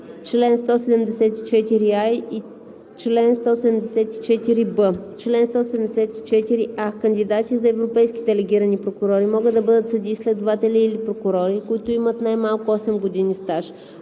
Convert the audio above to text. „Чл. 174а. (1) Кандидати за европейски делегирани прокурори могат да бъдат съдии, следователи или прокурори, които имат най-малко 8 години стаж.